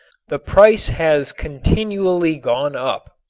the price has continually gone up.